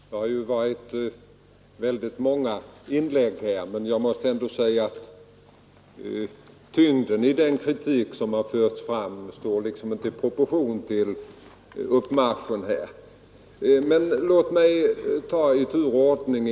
Herr talman! Det har ju varit många inlägg här, men jag måste ändå säga att tyngden av den kritik som har förts fram står inte i proportion till uppmarschens omfång. Låt mig ta inläggen i tur och ordning.